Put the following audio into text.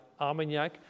Armagnac